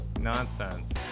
nonsense